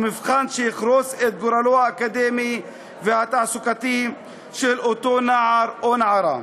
מבחן שיחרוץ את גורלו האקדמי והתעסוקתי של אותו נער או נערה.